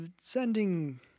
sending